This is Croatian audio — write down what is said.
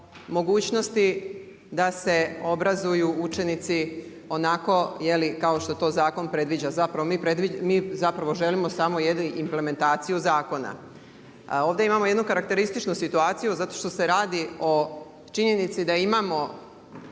mogućnosti da se obrazuju učenici onako, je li kao što to zakon predviđa. Mi zapravo želimo samo jednu implementaciju zakona. Ovdje imamo jednu karakterističnu situaciju, zato što se radio o činjenici da imamo